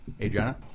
Adriana